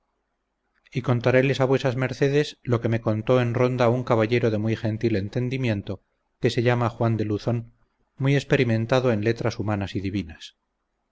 y contareles a vuesas mercedes lo que me contó en ronda un caballero de muy gentil entendimiento que se llama juan de luzón muy experimentado en letras humanas y divinas